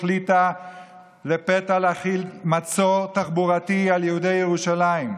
החליטה לפתע להחיל מצור תחבורתי על יהודי ירושלים,